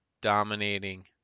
dominating